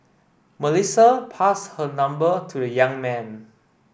Melissa passed her number to the young man